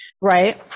Right